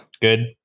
Good